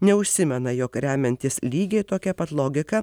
neužsimena jog remiantis lygiai tokia pat logika